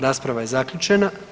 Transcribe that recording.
Rasprava je zaključena.